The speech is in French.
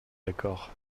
d’accord